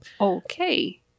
okay